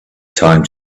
time